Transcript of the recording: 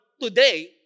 today